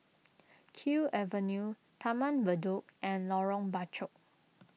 Kew Avenue Taman Bedok and Lorong Bachok